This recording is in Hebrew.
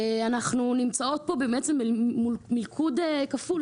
אנחנו נמצאות כאן במלכוד כפול